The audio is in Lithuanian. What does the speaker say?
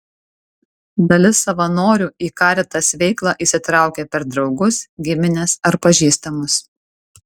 dalis savanorių į caritas veiklą įsitraukia per draugus gimines ar pažįstamus